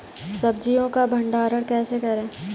सब्जियों का भंडारण कैसे करें?